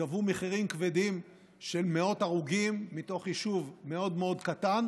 הם גבו מחירים כבדים של מאות הרוגים מתוך יישוב מאוד מאוד קטן,